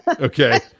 okay